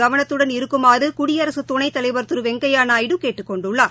கவனத்துடன் இருக்குமாறு குடியரசு துணைத்தலைவர் திரு வெங்கையா நாயுடு கேட்டுக் கொண்டுள்ளார்